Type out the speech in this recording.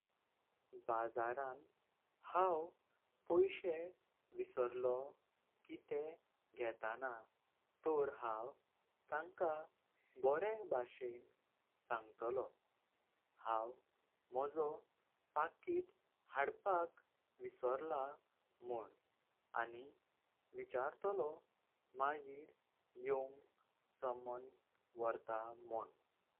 बाजारां हांव पैशें विसरलो कितें घेताना। तळ हांव तांकां बोरें बाशें शकतोळो हांव माझो पाकीट हाडपाक विसर्लो म्हण। आनी विचारतलो मागीर योऊन सामान वर्ता म्हण।